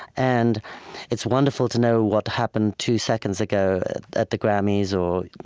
and it's wonderful to know what happened two seconds ago at the grammys or,